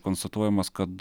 konstatuojamas kad